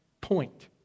point